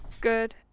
Good